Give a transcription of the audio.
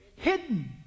hidden